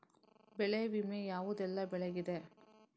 ಬೆಳೆ ವಿಮೆ ಯಾವುದೆಲ್ಲ ಬೆಳೆಗಿದೆ?